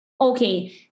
okay